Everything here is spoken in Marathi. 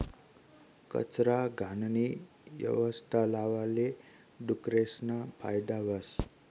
कचरा, घाणनी यवस्था लावाले डुकरेसना फायदा व्हस